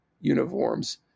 uniforms